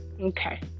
Okay